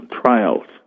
trials